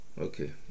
Okay